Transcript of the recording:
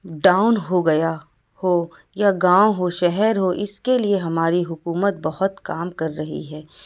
down ہو گیا ہو یا گاؤں ہو شہر ہو اس كے لیے ہماری حکومت بہت کام کر رہی ہے